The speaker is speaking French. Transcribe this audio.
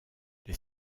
les